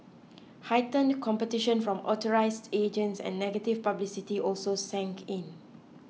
heightened competition from authorised agents and negative publicity also sank in